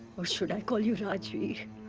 or should i call you rajvir?